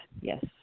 Yes